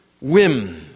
whim